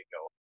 go